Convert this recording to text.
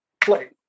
Play